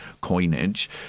coinage